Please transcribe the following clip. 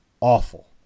awful